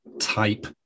type